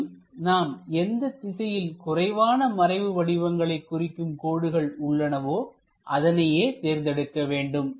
இதிலும் நாம் எந்த திசையில் குறைவான மறைவு வடிவங்களை குறிக்கும் கோடுகள் உள்ளனவோ அதனையே தேர்ந்தெடுக்க வேண்டும்